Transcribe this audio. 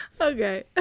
Okay